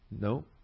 No